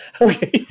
Okay